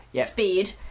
speed